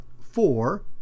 four